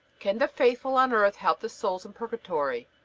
can the faithful on earth help the souls in purgatory?